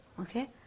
Okay